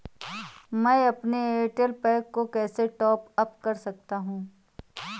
मैं अपने Airtel pack को कैसे टॉप अप कर सकता हूँ?